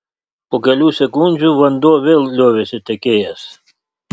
po kelių sekundžių vanduo vėl liovėsi tekėjęs